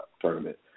tournament